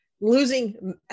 losing